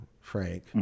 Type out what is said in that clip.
Frank